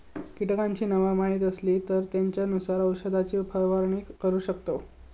कीटकांची नावा माहीत असली तर त्येंच्यानुसार औषधाची फवारणी करू शकतव